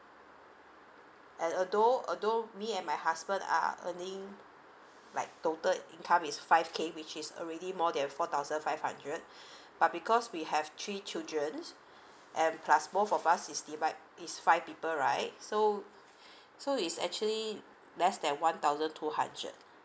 and although although me and my husband are earning like total income is five k which is already more than four thousand five hundred but because we have three children and plus both of us is divide is five people right so so is actually less than one thousand two hundred